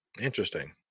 Interesting